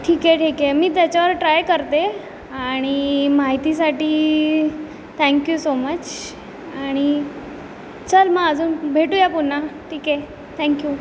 ठीक आहे ठीक आहे मी त्याच्यावर ट्राय करते आणि माहितीसाठी थँक्यू सो मच आणि चल मग अजून भेटू या पुन्हा ठीक आहे थँक्यू